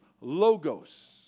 Logos